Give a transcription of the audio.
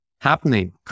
happening